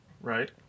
Right